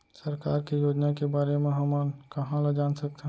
सरकार के योजना के बारे म हमन कहाँ ल जान सकथन?